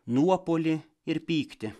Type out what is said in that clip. nuopuolį ir pyktį